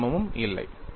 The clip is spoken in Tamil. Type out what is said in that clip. எந்த சிரமமும் இல்லை